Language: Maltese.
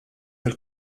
tal